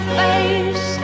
face